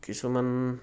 কিছুমান